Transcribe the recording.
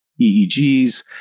EEGs